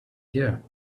here